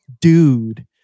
dude